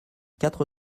quatre